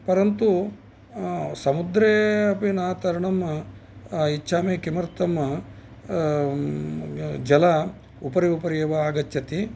परन्तु समुद्रे अपि न तरणम् इच्छामि किमर्थम् जलम् उपरि उपरि एव आगच्छति